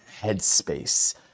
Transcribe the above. headspace